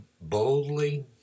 boldly